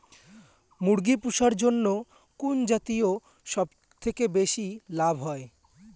মুরগি পুষার জন্য কুন জাতীয় সবথেকে বেশি লাভ হয়?